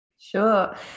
Sure